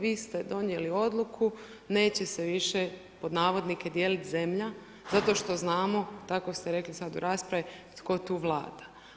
Vi ste donijeli odluku, „neće se više dijeliti zemlja“ zato što znamo tako ste rekli sada u raspravi tko tu vlada.